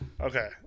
Okay